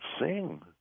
sing